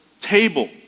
table